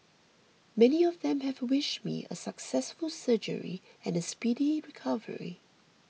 many of them have wished me a successful surgery and a speedy recovery